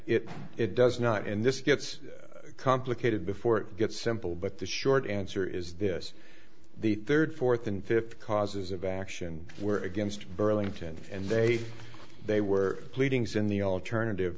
it it does not and this gets complicated before it gets simple but the short answer is this the third fourth and fifth causes of action were against burlington and they they were pleadings in the alternative